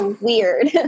weird